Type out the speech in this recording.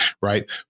right